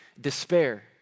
Despair